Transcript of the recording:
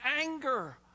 anger